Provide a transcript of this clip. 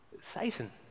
Satan